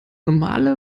normale